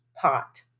pot